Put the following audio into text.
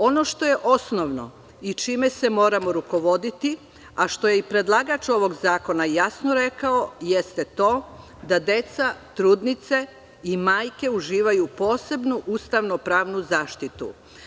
Ono što je osnovno i čime se moramo rukovoditi, a što je i predlagač ovog zakona jasno rekao, jeste to da deca, trudnice i majke uživaju posebnu ustavno pravnu zaštitu.